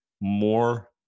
more